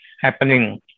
happening